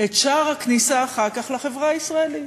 שער הכניסה אחר כך לחברה הישראלית.